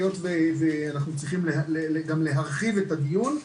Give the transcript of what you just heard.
היות ואנחנו צריכים גם להרחיב את הדיון,